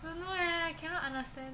don't know eh cannot understand